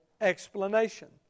explanation